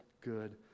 good